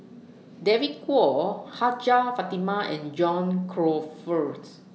David Kwo Hajjah Fatimah and John Crawfurd's